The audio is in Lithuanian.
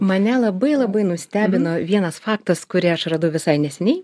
mane labai labai nustebino vienas faktas kurį aš radau visai neseniai